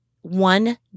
one